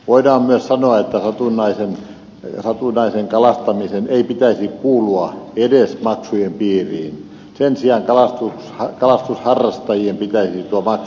voidaan myös sanoa että satunnaisen kalastamisen ei pitäisi kuulua edes maksujen piiriin sen sijaan kalastusharrastajien pitäisi tuo maksu maksaa